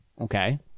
Okay